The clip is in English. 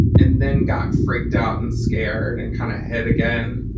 and then got freaked out and scared and kind of hid again.